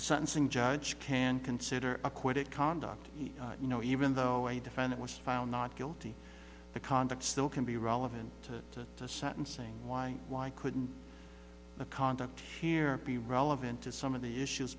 sentencing judge can consider acquitted conduct you know even though a defendant was found not guilty the conduct still can be relevant to the sentencing why why couldn't the conduct here be relevant to some of the issues